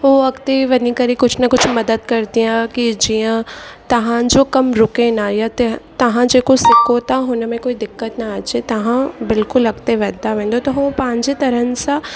उहो अॻिते वञी करे कुझ न कुझ मदद कंदी आहे की जीअं तव्हांजो कमु रुके न या त तव्हां जेको सिखो था हुन में कोई दिक़त न अचे तव्हां बिल्कुलु अॻिते वधंदा वञो त उहो पांजे तरहनि सां